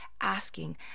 asking